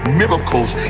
miracles